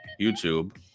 YouTube